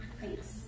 Thanks